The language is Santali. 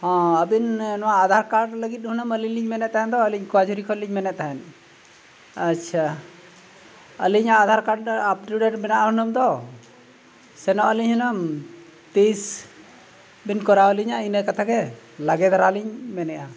ᱦᱮᱸ ᱟᱹᱵᱤᱱ ᱱᱚᱣᱟ ᱟᱫᱷᱟᱨ ᱠᱟᱨᱰ ᱞᱟᱹᱜᱤᱫ ᱦᱩᱱᱟᱹᱝ ᱟᱹᱞᱤᱧ ᱞᱤᱧ ᱢᱮᱱᱮᱫ ᱛᱟᱦᱮᱱ ᱫᱚ ᱟᱹᱞᱤᱧ ᱠᱳᱣᱟᱡᱷᱩᱨᱤ ᱠᱷᱚᱱ ᱞᱤᱧ ᱢᱮᱱᱮᱫ ᱛᱟᱦᱮᱱ ᱟᱪᱪᱷᱟ ᱟᱹᱞᱤᱧᱟᱜ ᱟᱫᱷᱟᱨ ᱠᱟᱨᱰ ᱟᱯᱴᱩᱰᱮᱴ ᱢᱮᱱᱟᱜᱼᱟ ᱦᱩᱱᱟᱹᱢ ᱫᱚ ᱥᱮᱱᱚᱜ ᱟᱹᱞᱤᱧ ᱦᱩᱱᱟᱹᱝ ᱛᱤᱥ ᱵᱤᱱ ᱠᱚᱨᱟᱣ ᱟᱹᱞᱤᱧᱟ ᱤᱱᱟᱹ ᱠᱟᱛᱷᱟ ᱜᱮ ᱞᱟᱜᱮ ᱫᱷᱟᱨᱟ ᱞᱤᱧ ᱢᱮᱱᱮᱜᱼᱟ